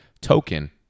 token